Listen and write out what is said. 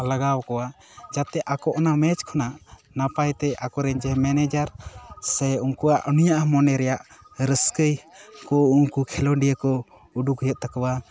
ᱞᱟᱜᱟᱣ ᱟᱠᱚᱣᱟ ᱡᱟᱛᱮ ᱟᱠᱚ ᱚᱱᱟ ᱢᱮᱪ ᱠᱷᱚᱱᱟᱜ ᱱᱟᱯᱟᱭ ᱛᱮ ᱟᱠᱚᱨᱮᱱ ᱡᱮ ᱢᱮᱱᱮᱡᱟᱨ ᱥᱮ ᱩᱱᱠᱩᱣᱟᱜ ᱢᱚᱱᱮ ᱨᱮᱭᱟᱜ ᱨᱟᱹᱥᱠᱟᱹᱭ ᱠᱚ ᱩᱱᱠᱩ ᱠᱷᱮᱞᱳᱰᱤᱭᱟᱹ ᱠᱚ ᱩᱰᱩᱠ ᱦᱩᱭᱩᱜ ᱛᱟᱠᱚᱣᱟ